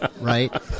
right